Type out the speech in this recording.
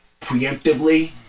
preemptively